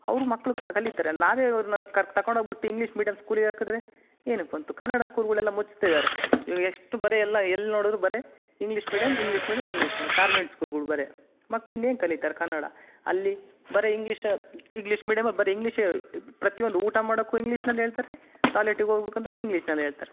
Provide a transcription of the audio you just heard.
ಅವರು ಮಕ್ಕಳು ಕ ಕಲಿತಾರೆ ನಾವೇ ಅವ್ರನ್ನ ಕರ್ ತಗೊಂಡೋಗ್ಬಿಟ್ಟ್ ಇಂಗ್ಲೀಷ್ ಮೀಡ್ಯಂ ಸ್ಕೂಲಿಗೆ ಹಾಕಿದರೆ ಏನಕ್ಕೆ ಬಂತು ಕನ್ನಡ ಸ್ಕೂಲ್ಗಳೆಲ್ಲ ಮುಚ್ತಿದ್ದಾರೆ ಇವಾಗ ಎಷ್ಟು ಬರೀ ಎಲ್ಲ ಎಲ್ಲಿ ನೋಡಿದ್ರೂ ಬರೀ English medium English medium English medium convent ಸ್ಕೂಲ್ಗಳು ಬೇರೆ ಮಕ್ಳು ಇನ್ನೇನು ಕಲಿತಾರೆ ಕನ್ನಡ ಅಲ್ಲಿ ಬರೀ ಇಂಗ್ಲೀಷ ಇಂಗ್ಲೀಷ್ ಮೀಡಿಯಂ ಬರೀ ಇಂಗ್ಲೀಷೆ ಪ್ರತಿಯೊಂದು ಊಟ ಮಾಡೋಕ್ಕೂ ಇಂಗ್ಲೀಷ್ನಲ್ಲಿ ಹೇಳ್ತಾರೆ ಟಾಯ್ಲೆಟಿಗೆ ಹೋಗ್ಬೇಕ್ ಅಂದ್ರು ಇಂಗ್ಲೀಷ್ನಲ್ಲಿ ಹೇಳ್ತಾರೆ